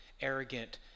arrogant